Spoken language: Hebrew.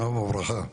שלום וברכה.